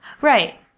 Right